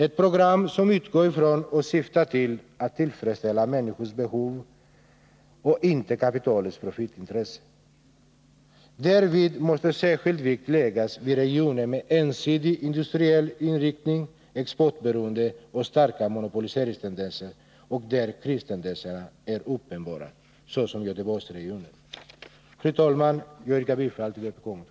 Ett program som utgår från och syftar till att tillfredsställa människors behov och inte kapitalets profitintressen. Därvid måste särskild vikt läggas vid regioner med ensidig industriell inriktning, exportberoende och starka monopoliseringstendenser och där kristendenserna är uppenbara, såsom i Göteborgsregionen. Fru talman! Jag yrkar bifall till vpk-motionen.